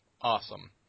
Awesome